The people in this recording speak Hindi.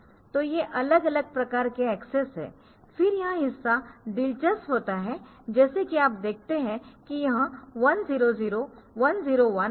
तो ये अलग अलग प्रकार के एक्सेस है फिर यह हिस्सा दिलचस्प होता है जैसे कि आप देखते है कि यह 1 0 0 1 0 1 और 1 1 0